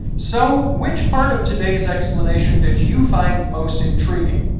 so which part of today's explanation did you find most intriguing?